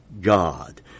God